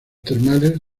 termales